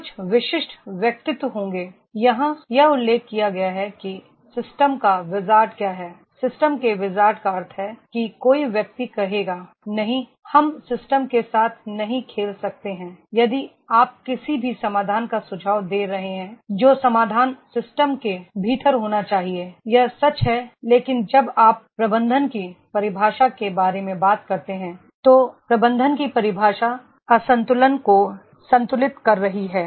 कुछ विशिष्ट व्यक्तित्व होंगे यहाँ यह उल्लेख किया गया है कि सिस्टम का विज़ार्ड है सिस्टम के विज़ार्ड का अर्थ है कि कोई व्यक्ति कहेगा नहीं हम सिस्टम के साथ नहीं खेल सकते हैं यदि आप किसी भी समाधान का सुझाव दे रहे हैं जो समाधान सिस्टम के भीतर होना चाहिए यह सच है लेकिन जब आप प्रबंधन की परिभाषा के बारे में बात करते हैं तो प्रबंधन की परिभाषा असंतुलन को संतुलित कर रही है